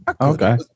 Okay